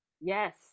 yes